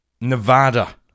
Nevada